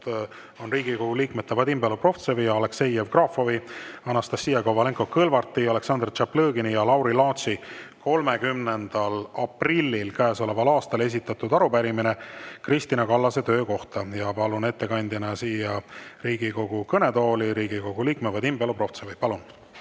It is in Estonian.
on Riigikogu liikmete Vadim Belobrovtsevi, Aleksei Jevgrafovi, Anastassia Kovalenko-Kõlvarti, Aleksandr Tšaplõgini ja Lauri Laatsi 30. aprillil käesoleval aastal esitatud arupärimine Kristina Kallase töö kohta. Palun ettekandjaks siia Riigikogu kõnetooli Riigikogu liikme Vadim Belobrovtsevi. Palun!